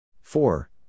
four